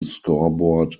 scoreboard